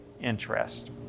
interest